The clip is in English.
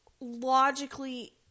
logically